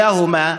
כל אחד משניהם,